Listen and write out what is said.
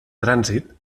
trànsit